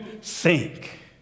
sink